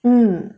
mm